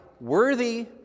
worthy